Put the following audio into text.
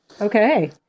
Okay